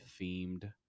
themed